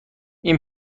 این